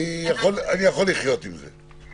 אני יכול לחיות עם זה.